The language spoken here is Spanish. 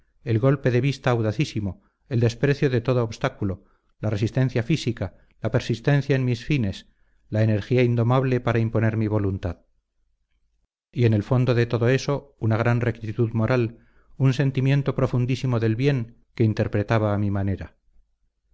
el golpe de vista audacísimo el desprecio de todo obstáculo la resistencia física la persistencia en mis fines la energía indomable para imponer mi voluntad y en el fondo de todo eso una gran rectitud moral un sentimiento profundísimo del bien que interpretaba a mi manera